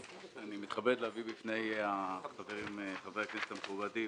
אני מתכבד להביא בפני חברי הכנסת המכובדים